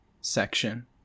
section